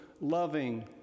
loving